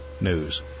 news